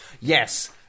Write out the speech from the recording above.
Yes